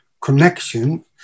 connection